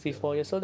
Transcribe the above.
ya